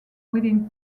within